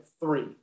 three